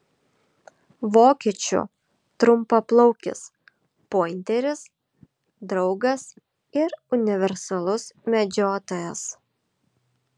vokiečių trumpaplaukis pointeris draugas ir universalus medžiotojas